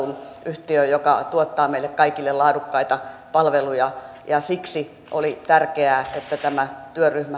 yhtiö joka tuottaa meille kaikille laadukkaita palveluja ja ja siksi oli tärkeää että tämä työryhmä sai